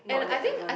not that advance